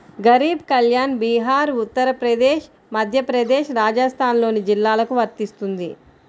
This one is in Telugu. గరీబ్ కళ్యాణ్ బీహార్, ఉత్తరప్రదేశ్, మధ్యప్రదేశ్, రాజస్థాన్లోని జిల్లాలకు వర్తిస్తుంది